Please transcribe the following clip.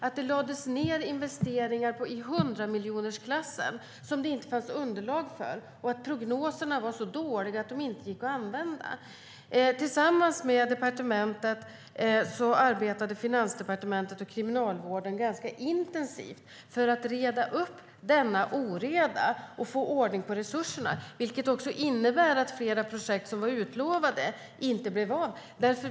Det gjordes investeringar i hundramiljonersklassen som det inte fanns underlag för. Prognoserna var så dåliga att de inte gick att använda. Tillsammans med departementet arbetade Finansdepartementet och Kriminalvården ganska intensivt för att reda ut denna oreda och få ordning på resurserna, vilket också innebar att flera projekt som utlovats inte blev av.